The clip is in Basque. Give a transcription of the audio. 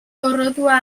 gorrotoa